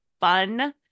fun